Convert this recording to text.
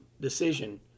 decision